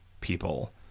people